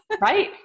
Right